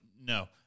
No